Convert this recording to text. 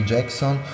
Jackson